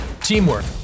teamwork